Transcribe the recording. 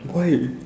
why